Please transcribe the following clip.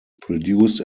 produced